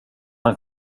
han